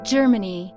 Germany